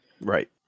right